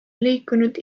liikunud